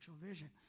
vision